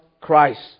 Christ